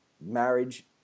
marriage